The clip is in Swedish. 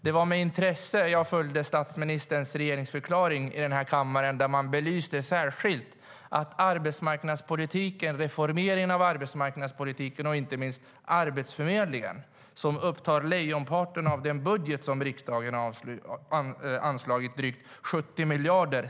Det var med intresse jag följde statsministerns regeringsförklaring, där han särskilt belyste reformeringen av arbetsmarknadspolitiken och Arbetsförmedlingen, som upptar lejonparten av den budget riksdagen har anslagit, drygt 70 miljarder.